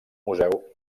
museu